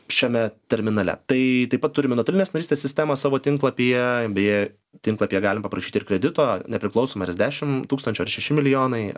šiame terminale tai taip pat turime nuotolinės narystės sistemą savo tinklapyje beje tinklapyje galima paprašyti ir kredito nepriklausomai ar jis dešim tūkstančių ar šeši milijonai